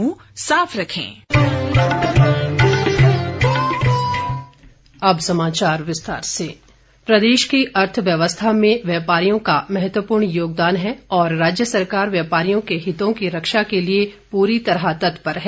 मुख्यमंत्री प्रदेश की अर्थव्यवस्था में व्यापारियों का महत्वपूर्ण योगदान है और राज्य सरकार व्यापारियों के हितों की रक्षा के लिए पूरी तरह तत्पर है